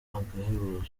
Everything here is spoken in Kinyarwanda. agahebuzo